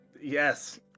yes